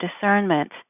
discernment